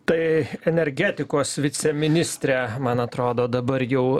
tai energetikos viceministrė man atrodo dabar jau